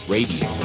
Radio